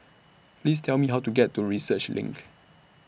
Please Tell Me How to get to Research LINK